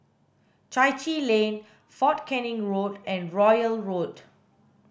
Chai Chee Lane Fort Canning Road and Royal Road